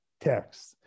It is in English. text